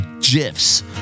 gifs